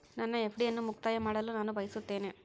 ನನ್ನ ಎಫ್.ಡಿ ಅನ್ನು ಮುಕ್ತಾಯ ಮಾಡಲು ನಾನು ಬಯಸುತ್ತೇನೆ